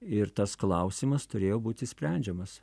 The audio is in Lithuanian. ir tas klausimas turėjo būti sprendžiamas